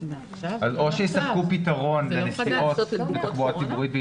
אז שיספקו פתרון לנסיעות וייתנו אלטרנטיבה לתחבורה הציבורית.